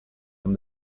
from